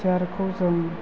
सियारखौ जों